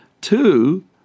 Two